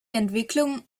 entwicklung